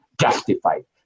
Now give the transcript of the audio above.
justified